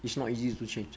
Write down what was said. it's not easy to change